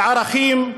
לערכים,